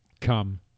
come